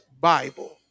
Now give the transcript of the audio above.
Bible